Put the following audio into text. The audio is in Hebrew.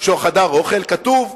שהוא חדר אוכל, כתוב: